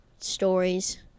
stories